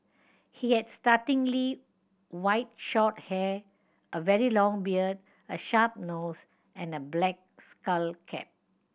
he had startlingly white short hair a very long beard a sharp nose and a black skull cap